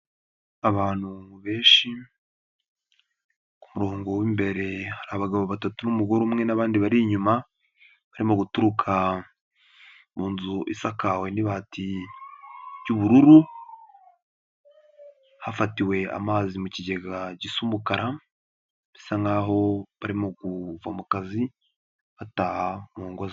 Abantu benshi. Ku murongo w'imbere hari abagabo batatu n'umugore umwe n'abandi bari inyuma, barimo guturuka, mu nzu isakawe n'ibati ry'ubururu, hafatiwe amazi mu kigega gisa umukara, bisa nkaho barimo kuva mu kazi, bataha mu ngo.